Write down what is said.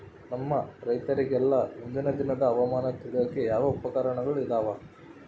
ನಮ್ಮ ರೈತರಿಗೆಲ್ಲಾ ಮುಂದಿನ ದಿನದ ಹವಾಮಾನ ತಿಳಿಯಾಕ ಯಾವ ಉಪಕರಣಗಳು ಇದಾವ?